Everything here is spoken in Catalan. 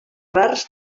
rars